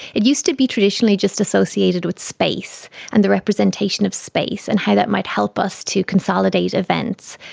it used to be traditionally just associated with space and the representation of space and how that might help us to consolidate events,